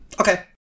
okay